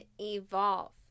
evolve